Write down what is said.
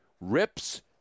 rips